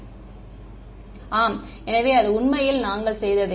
மாணவர் ஆம் எனவே அது உண்மையில் நாங்கள் செய்ததே